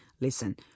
Listen